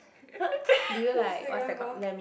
to Singapore